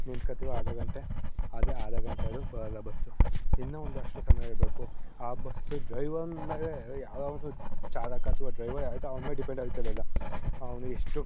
ನಿಂತ್ಕೊಳ್ತೀವಿ ಆದ ಗಂಟೆ ಆದರೆ ಆದ ಗಂಟೆ ಆದರೂ ಬರೋಲ್ಲ ಬಸ್ಸು ಇನ್ನೂ ಒಂದಷ್ಟು ಸಮಯ ಬೇಕು ಆ ಬಸ್ಸು ಡ್ರೈವರ್ ಮೇಲೆ ಯಾವ ಚಾಲಕ ಅಥವಾ ಡ್ರೈವರ್ ಯಾರಿದ್ದ ಅವ್ನ ಮೇಲೆ ಡಿಪೆಂಡ್ ಆಗುತ್ತದೆ ಎಲ್ಲ ಅವ್ನ ಎಷ್ಟು